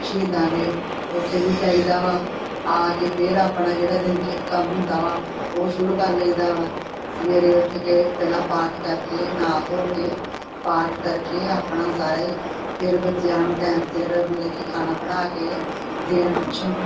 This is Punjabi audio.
ਸ਼ਹੀਦਾਂ ਦੇ ਓਥੇ ਵੀ ਜਾਈਦਾ ਵਾ ਆ ਕੇ ਫਿਰ ਆਪਣਾ ਜਿਹੜਾ ਦਿਨਚ ਕੰਮ ਹੁੰਦਾ ਵਾ ਉਹ ਸ਼ੁਰੂ ਕਰ ਲਈ ਦਾ ਵਾ ਸਵੇਰੇ ਉੱਠ ਕੇ ਪਹਿਲਾਂ ਪਾਠ ਕਰਕੇ ਨਹਾ ਧੋ ਕੇ ਪਾਠ ਕਰਕੇ ਆਪਣਾ ਸਾਰਾ ਈ ਫਿਰ ਬੱਚਿਆਂ ਨੂੰ ਟਾਈਮ ਸਿਰ ਮਤਲਬ ਕੀ ਖਾਣਾ ਬਣਾ ਕੇ ਦੇਣ ਪਿੱਛੋਂ